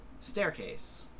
staircase